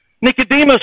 Nicodemus